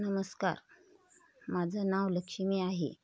नमस्कार माझं नाव लक्ष्मी आहे